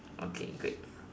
okay great